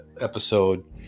episode